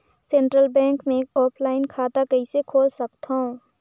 Central bank मे offline खाता कइसे खोल सकथव?